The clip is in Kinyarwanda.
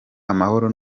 amahoro